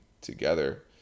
together